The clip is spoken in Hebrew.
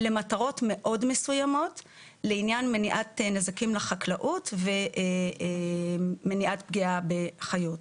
למטרות מאוד מסוימות לעניין מניעת נזקים לחקלאות ומניעת פגיעה בחיות.